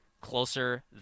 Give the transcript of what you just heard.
closer